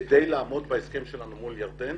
כדי לעמוד בהסכם שלנו מול ירדן,